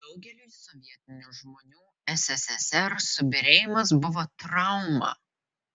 daugeliui sovietinių žmonių sssr subyrėjimas buvo trauma